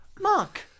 Mark